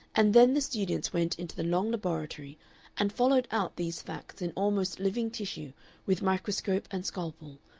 and then the students went into the long laboratory and followed out these facts in almost living tissue with microscope and scalpel,